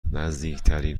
نزدیکترین